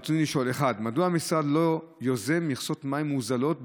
ברצוני לשאול: 1. מדוע המשרד לא יוזם מכסות מים מוזלות,